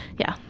yeah.